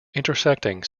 intersecting